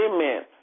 Amen